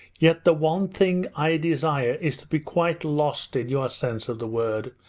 yet the one thing i desire is to be quite lost in your sense of the word.